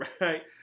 Right